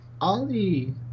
Ollie